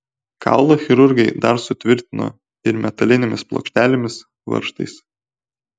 kaulą chirurgai dar sutvirtino ir metalinėmis plokštelėmis varžtais